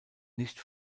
nicht